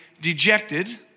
dejected